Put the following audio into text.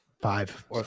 five